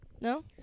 No